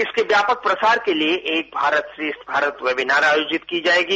इसके व्यापक प्रसार के लिए एक भारत श्रेष्ठ भारत वैभीनार आयोजित की जाएगी